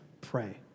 pray